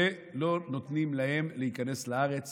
ולא נותנים להם להיכנס לארץ